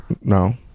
No